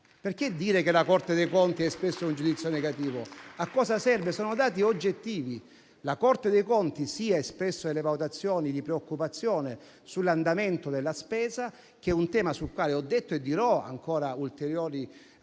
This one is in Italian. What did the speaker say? Perché dire che la Corte dei conti ha espresso un giudizio negativo? A cosa serve? Sono dati oggettivi. La Corte dei conti ha espresso valutazioni di preoccupazione sull'andamento della spesa - è un tema sul quale ho parlato e farò ancora ulteriori